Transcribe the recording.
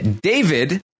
David